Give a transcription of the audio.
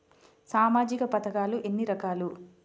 సామాజిక పథకాలు ఎన్ని రకాలు?